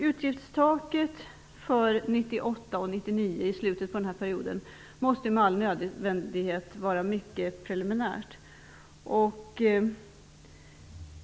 Utgiftstaket för 1998 och 1999 i slutet av denna period måste med all nödvändighet vara mycket preliminärt.